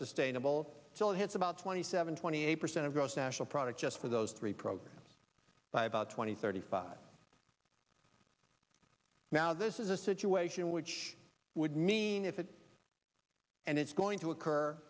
unsustainable still has about twenty seven twenty eight percent of gross national product just for those three programs by about twenty thirty five now this is a situation which would mean if it and it's going to occur